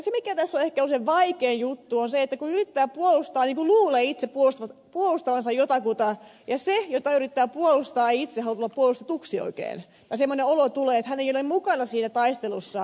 se mikä tässä on ollut ehkä se vaikein juttu on se että kun yrittää puolustaa niin kuin luulee itse puolustavansa jotakuta ja se jota yrittää puolustaa ei itse halua tulla puolustetuksi oikein semmoinen olo tulee että hän ei ole mukana siinä taistelussa